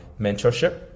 mentorship